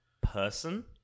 person